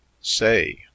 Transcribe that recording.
Say